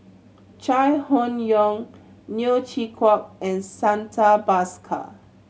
Chai Hon Yoong Neo Chwee Kok and Santha Bhaskar